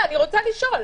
אני רוצה לשאול.